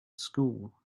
school